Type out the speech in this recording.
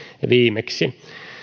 viimeksi